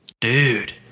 Dude